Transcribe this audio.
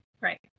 Right